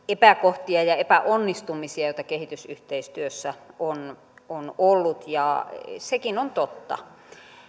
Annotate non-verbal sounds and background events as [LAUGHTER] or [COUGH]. [UNINTELLIGIBLE] epäkohtia ja epäonnistumisia joita kehitysyhteistyössä on on ollut ja nekin ovat totta